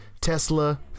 Tesla